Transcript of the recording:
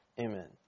Amen